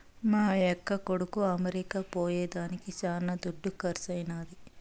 మా యక్క కొడుకు అమెరికా పోయేదానికి శానా దుడ్డు కర్సైనాది